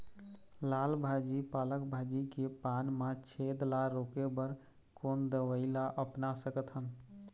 लाल भाजी पालक भाजी के पान मा छेद ला रोके बर कोन दवई ला अपना सकथन?